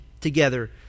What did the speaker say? together